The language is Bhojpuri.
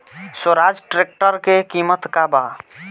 स्वराज ट्रेक्टर के किमत का बा?